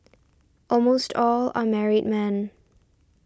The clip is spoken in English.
almost all are married men